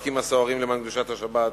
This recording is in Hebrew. המאבקים הסוערים למען קדושת השבת,